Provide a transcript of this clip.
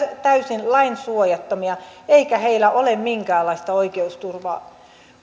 täysin lainsuojattomia eikä heillä ole minkäänlaista oikeusturvaa